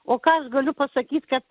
o ką aš galiu pasakyt kad